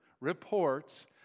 reports